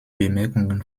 bemerkungen